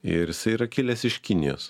ir jisai yra kilęs iš kinijos